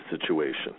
situation